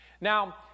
Now